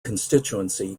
constituency